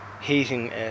heating